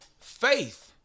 Faith